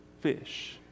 fish